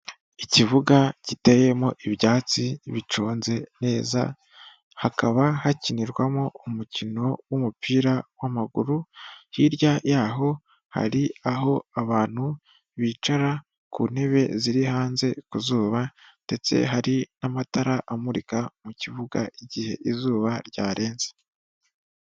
Ikibuga kiteyemo ibyatsi bicunze neza hakaba hakinirwamo umukino w'umupira w'amaguru. Hirya y'ho hari aho abantu bicara ku ntebe ziri hanze ku zuba ndetse hari n'amatara amurika mu kibuga igihe izuba ryarenze.